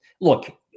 look